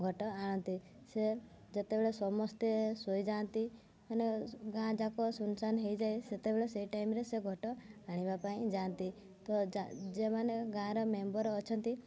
ଘଟ ଆଣନ୍ତି ସେ ଯେତେବେଳେ ସମସ୍ତେ ଶୋଇଯାନ୍ତି ମାନେ ଗାଁ ଯାକ ଶୂନ୍ ଶାନ୍ ହେଇଯାଏ ସେତେବେଳେ ସେଇ ଟାଇମ୍ରେ ସେ ଘଟ ଆଣିବା ପାଇଁ ଯାଆନ୍ତି ତ ଯେମାନେ ଗାଁର ମେମ୍ବର୍ ଅଛନ୍ତି